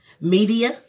Media